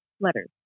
letters